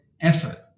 effort